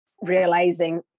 realizing